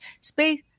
space